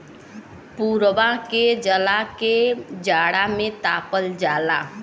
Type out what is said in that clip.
पुवरा के जला के जाड़ा में तापल जाला